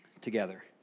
together